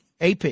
AP